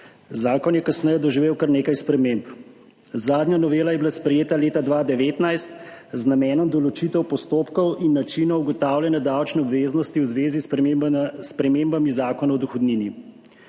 Zakon je kasneje doživel kar nekaj sprememb, zadnja novela je bila sprejeta leta 2019 z namenom določitve postopkov in načinov ugotavljanja davčne obveznosti v zvezi s spremembami Zakona o dohodnini.